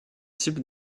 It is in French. types